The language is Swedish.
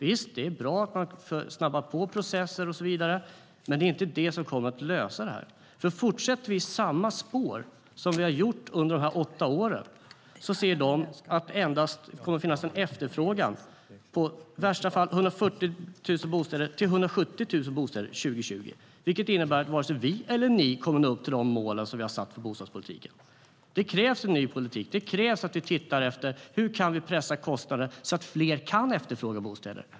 Visst är det bra att man snabbar på processer och så vidare, men det är inte detta som kommer att lösa problemen. Fortsätter vi i samma spår som vi har gjort under dessa åtta år kommer det enligt Sveriges Byggindustrier i värsta fall att finnas en efterfrågan på 140 000-170 000 bostäder 2020, vilket innebär att varken vi eller ni kommer att nå upp till de mål som man har satt upp för bostadspolitiken. Det krävs en ny politik, och det krävs att vi tar reda på hur vi kan pressa kostnader så att fler kan efterfråga bostäder.